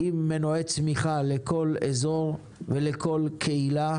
עם מנועי צמיחה לכל אזור ולכל קהילה,